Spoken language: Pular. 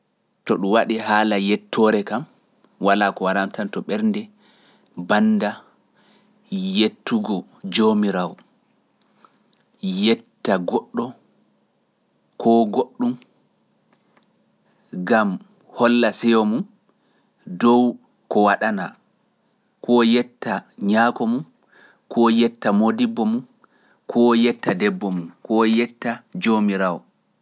To ɗum waɗi haala yettoore kam, walaa ko waɗantanto ɓernde bannda yettugo Joomiraawo, yetta goɗɗo koo goɗɗum, ngam holla seyo mum dow ko waɗanaa, koo yetta ñaako mum, koo yetta moodibbo mum, koo yetta debbo mum, koo yetta Joomiraawo.